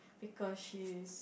because she's